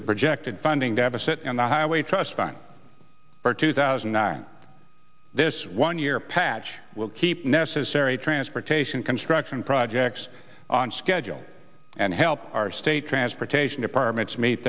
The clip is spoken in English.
the projected funding deficit in the highway trust fund for two thousand and nine this one year patch will keep necessary transportation construction projects on schedule and help our state transportation departments meet